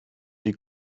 die